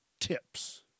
tips